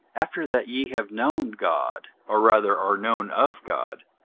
after that ye have known god, or rather are known of god,